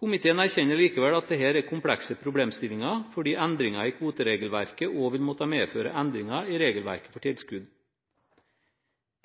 Komiteen erkjenner likevel at dette er komplekse problemstillinger, fordi endringer i kvoteregelverket også vil måtte medføre endringer i regelverket for tilskudd.